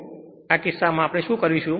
તેથી આ કિસ્સામાં આપણે શું કરીશું